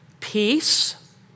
peace